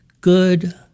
good